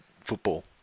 football